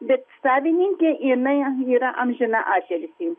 bet savininkė jinai yra amžiną atilsį